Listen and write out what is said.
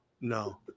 no